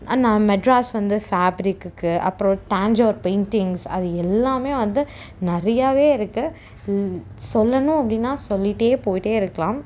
நான் மெட்ராஸ் வந்து ஃபேப்ரிக்குக்கு அப்புறம் டேஞ்ஜூர் பெயிண்ட்டிங்ஸ் அது எல்லாமே வந்து நிறையாவே இருக்கு இல் சொல்லணும் அப்படின்னா சொல்லிகிட்டே போயிகிட்டே இருக்கலாம்